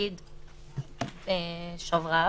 נגיד שרברב,